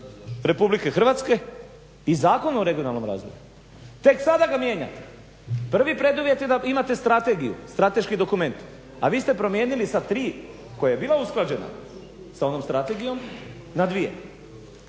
RH i Zakonu o regionalnom razvoju. Tek sada ga mijenjate. Prvi preduvjet je da imate strategiju, strateški dokument a vi ste promijenili sa tri koja je bila usklađena sa onom strategijom na dvije.